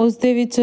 ਉਸਦੇ ਵਿੱਚ